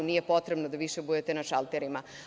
Nije potrebno da više budete na šalterima.